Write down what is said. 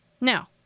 Now